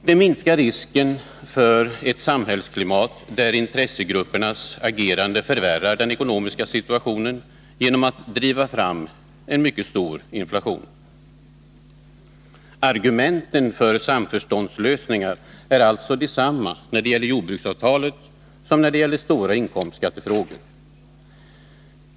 Det minskar risken för ett samhällsklimat där intressegruppernas agerande förvärrar den ekonomiska situationen genom att driva fram en mycket stor inflation. Argumenten för samförståndslösningar är alltså desamma när det gäller jordbruksavtalet som när det gäller stora inkomstskattefrågor.